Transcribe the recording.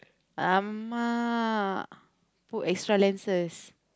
alamak put extra lenses